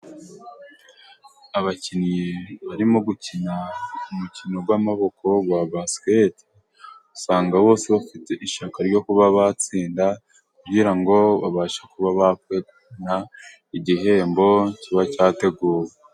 Abakinnyi barimo gukina, umukino w'amaboko wa basiketi, usanga bose bafite ishyaka ryo kuba batsinda, kugirango babashe kuba bakwegukana, igihembo kiba cyateguwe.